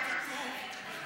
מה כתוב,